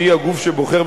שהיא הגוף שבוחר,